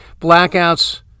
blackouts